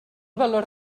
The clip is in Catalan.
valor